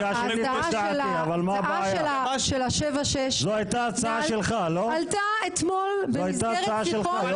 ההצעה של השבעה-שישה עלתה אתמול במסגרת שיחות.